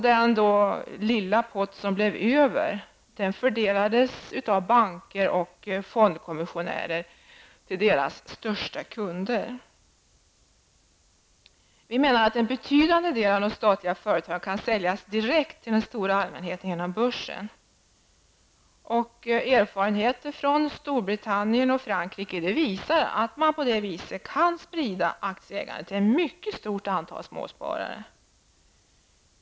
Den lilla pott som blev över fördelades av banker och fondkommissionärer till deras största kunder. Vi menar att en betydande del av de statliga företagen kan säljas direkt till den stora allmänheten genom börsen. Erfarenheterna från Storbritannien och Frankrike visar att man på det viset kan sprida aktieägandet till ett mycket stort antal småsparare.